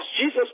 Jesus